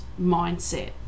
mindset